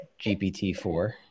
GPT-4